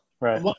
Right